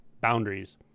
boundaries